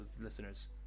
listeners